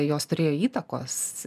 jos turėjo įtakos